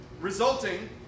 resulting